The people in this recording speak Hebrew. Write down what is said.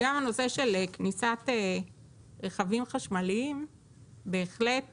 גם הנושא של כניסת רכבים חשמליים הוא בהחלט